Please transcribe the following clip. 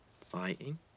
Fighting